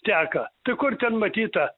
teka tai kur ten matyta